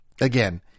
again